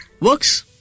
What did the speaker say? Works